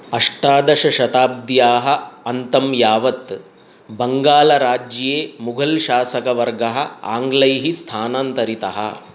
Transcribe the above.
अष्टादशशताब्ध्याः अन्तं यावत् बङ्गालराज्ये मुगल् शासकवर्गः आङ्ग्लैः स्थानान्तरितः